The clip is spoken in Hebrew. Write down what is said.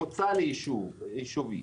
לישוב.